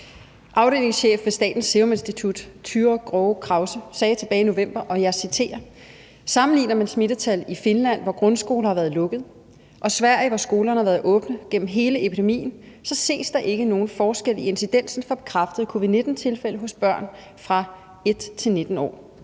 Afdelingschef ved Statens Serum Institut Tyra Grove Krause sagde tilbage i november, og jeg citerer: »Sammenligner man smittetal i Finland, hvor grundskoler har været lukkede, og Sverige, hvor skolerne har været åbne gennem hele epidemien, ses der ikke en forskel i incidensen for bekræftede covid-19-tilfælde hos børn i alderen 1 til 19 år«.